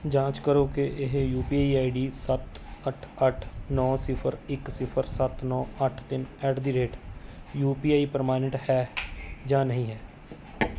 ਜਾਂਚ ਕਰੋ ਕਿ ਇਹ U P I I D ਸੱਤ ਅੱਠ ਅੱਠ ਨੌ ਸਿਫਰ ਇੱਕ ਸਿਫਰ ਸੱਤ ਨੌ ਅੱਠ ਤਿੰਨ at the rate U P I ਪ੍ਰਮਾਣਿਤ ਹੈ ਜਾਂ ਨਹੀਂ ਹੈ